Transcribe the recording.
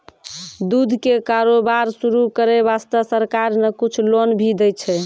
दूध के कारोबार शुरू करै वास्तॅ सरकार न कुछ लोन भी दै छै